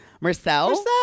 Marcel